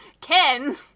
Ken